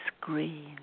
green